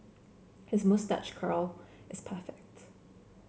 his moustache curl is perfect